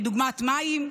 כדוגמת מים,